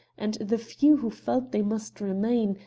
and the few who felt they must remain,